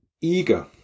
eager